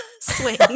Swing